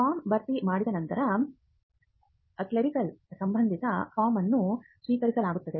form ಭರ್ತಿ ಮಾಡಿದ ನಂತರ ಕ್ಲೆರಿಕಲ್ ಸಿಬ್ಬಂದಿ ಫಾರ್ಮ್ ಅನ್ನು ಸ್ವೀಕರಿಸುತ್ತಾರೆ